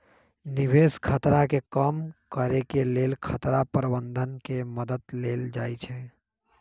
निवेश खतरा के कम करेके लेल खतरा प्रबंधन के मद्दत लेल जाइ छइ